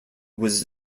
was